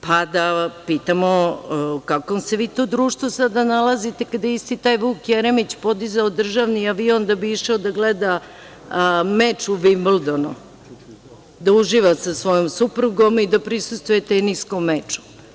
Pa da pitamo, u kakvom se vi to društvu sada nalazite, kada isti taj Vuk Jeremić podizao državni avion da bi išao da gleda meč na Vimbldonu, da uživa sa svojom suprugom i da prisustvuje teniskom meču.